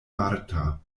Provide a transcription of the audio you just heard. marta